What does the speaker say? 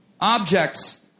objects